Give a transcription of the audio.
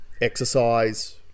exercise